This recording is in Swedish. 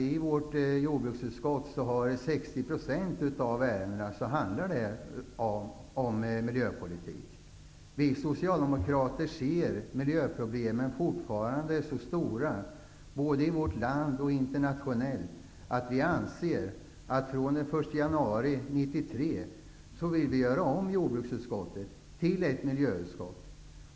I jordbruksutskottet handlar 60 % av ärendena om miljöpolitik. Vi socialdemokrater anser att miljöproblemen fortfarande är så stora både i vårt land och internationellt att det är nödvändigt att jordbruksutskottet fr.o.m. den 1 januari 1993 görs om till ett miljöutskott.